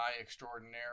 extraordinaire